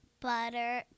butter